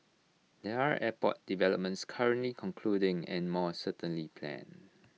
there are airport developments currently concluding and more certainly planned